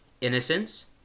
innocence